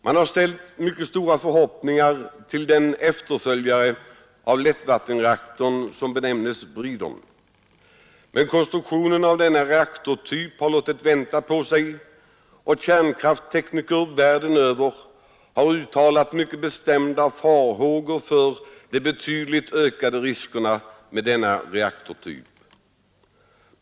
Man har ställt mycket stora förhoppningar till den efterföljare av lättvattenreaktorn som benämns breedern. Men konstruktionen av denna reaktortyp har låtit vänta på sig, och kärnkrafttekniker världen över har uttalat mycket bestämda farhågor för denna reaktortyp.